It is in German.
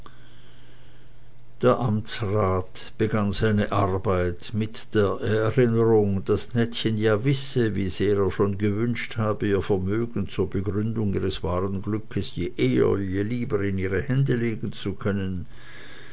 der amtsrat begann seine arbeit mit der erinnerung daß nettchen ja wisse wie sehr er schon gewünscht habe ihr vermögen zur begründung ihres wahren glückes je eher je lieber in ihre hände legen zu können